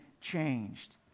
changed